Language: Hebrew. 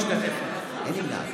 אינה משתתפת בהצבעה אין "נמנע".